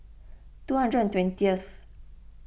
two hundred and twentieth